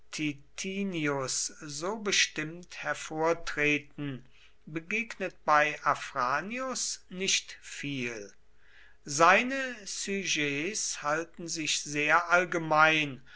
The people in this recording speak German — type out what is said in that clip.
titinius so bestimmt hervortreten begegnet bei afranius nicht viel seine sujets halten sich sehr allgemein